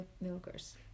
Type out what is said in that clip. milkers